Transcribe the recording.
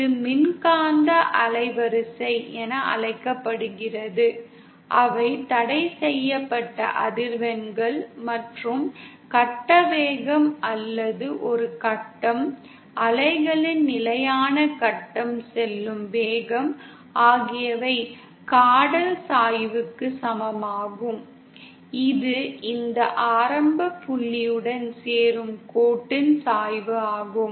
இது மின்காந்த அலைவரிசை என அழைக்கப்படுகிறது அவை தடைசெய்யப்பட்ட அதிர்வெண்கள் மற்றும் கட்ட வேகம் அல்லது ஒரு கட்டம் அலைகளின் நிலையான கட்டம் செல்லும் வேகம் ஆகியவை காடால் சாய்வுக்கு சமமாகும் இது இந்த ஆரம்ப புள்ளியுடன் சேரும் கோட்டின் சாய்வு ஆகும்